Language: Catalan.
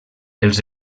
els